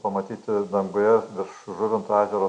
pamatyti danguje virš žuvinto ežero